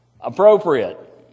appropriate